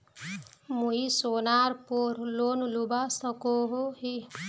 मुई सोनार पोर लोन लुबा सकोहो ही?